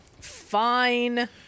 Fine